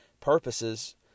purposes